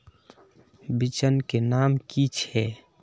बिचन के नाम की छिये?